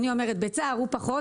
אני אומרת בצער, והוא פחות.